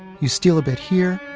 you steal a bit here,